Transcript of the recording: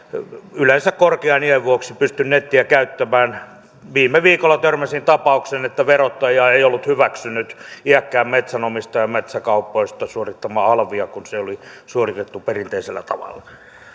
yleensä korkean iän vuoksi pysty nettiä käyttämään viime viikolla törmäsin tapaukseen että verottaja ei ollut hyväksynyt iäkkään metsänomistajan metsäkaupoista suorittamaa alvia kun se oli suoritettu perinteisellä tavalla